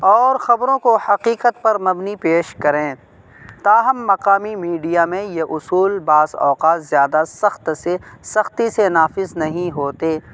اور خبروں کو حقیقت پر مبنی پیش کریں تاہم مقامی میڈیا میں یہ اصول بعض اوقات زیادہ سخت سے سختی سے نافذ نہیں ہوتے